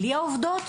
בלי העובדות,